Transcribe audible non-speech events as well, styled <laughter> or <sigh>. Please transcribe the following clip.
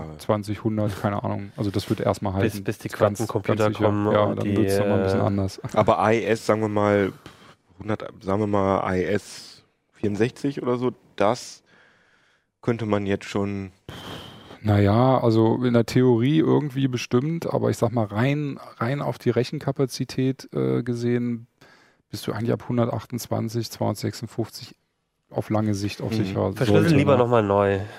20, 100, keine Ahnung. Also das wird erstmal Bis- halten. bis die Ist ganz- Quantencomputer ganz sicher. kommen Ja, und dann die, wird's noch mal ein bisschen äh, anders. Aber AES, <laughs> sagen wir mal, 100- sagen wir mal AES, 64 oder so, das könnte man jetzt schon- Pff, na ja, also in der Theorie irgendwie bestimmt, aber ich sag mal, rein- rein auf die Rechenkapazität, äh, gesehen, bist du eigentlich ab 128, 256, auf lange Sicht auf Mhm. sicher Verschlüsseln sollte, lieber ne? noch mal neu.